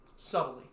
Subtly